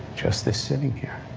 just this sitting here.